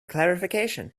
clarification